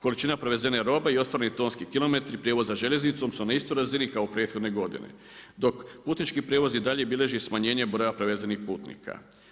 Količina prevezene robe i ostvareni tonski kilometri prijevoza željeznicom su na istoj razini kao prethodne godine. dok putnički prijevoz i dalje bilježi smanjenje broja prevezenih putnika.